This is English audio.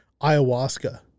ayahuasca